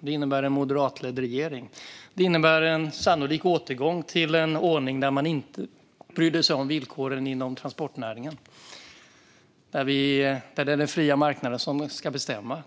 Det innebär en moderatledd regering och en sannolik återgång till en ordning där man inte brydde sig om villkoren inom transportnäringen. Det är en ordning där den fria marknaden ska bestämma.